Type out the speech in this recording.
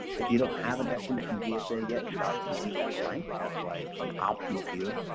if you don't have an estimate from gsa yet you'd obviously leave that blank, that's why it's an optional field.